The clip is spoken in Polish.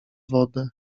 wodę